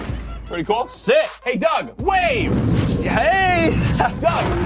pretty cold sit hey doug wave yeah hey